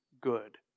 good